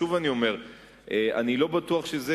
אני אומר שוב, אני לא בטוח שזה